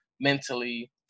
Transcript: mentally